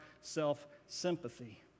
self-sympathy